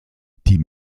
die